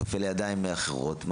נופל לידיים אחרות,